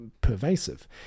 pervasive